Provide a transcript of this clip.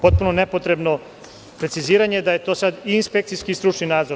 Potpuno nepotrebno preciziranje da je to sada i inspekcijski i stručni nadzor.